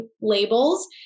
labels